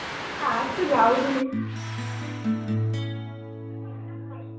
আচ্ছা যাবো খনে